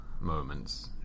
moments